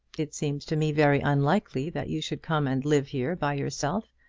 it seems to me very unlikely that you should come and live here by yourself.